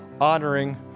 honoring